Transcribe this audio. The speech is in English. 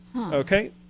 Okay